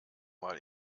mal